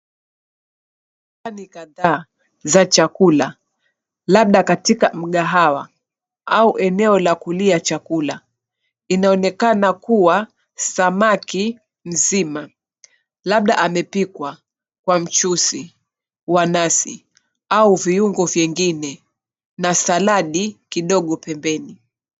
Sahani kadhaa za chakula, labda katika mgahawa au eneo la kulia chakula. Inaonekana kuwa samaki mzima, labda amepikwa kwa mchuzi wa nazi au viungo vingine na saladi kidogo pembeni.